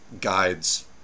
guides